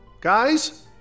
Guys